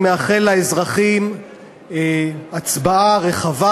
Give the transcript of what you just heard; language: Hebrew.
אני מאחל לאזרחים הצבעה רחבה,